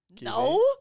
No